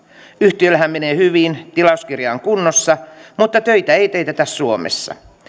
yhtiöllähän menee hyvin tilauskirja on kunnossa mutta töitä ei teetetä suomessa